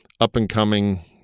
up-and-coming